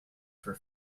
for